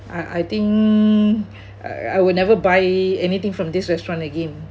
I I think uh I will never buy anything from this restaurant again